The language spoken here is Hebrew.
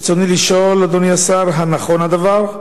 רצוני לשאול: 1. האם נכון הדבר?